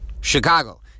Chicago